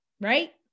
right